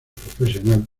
profesional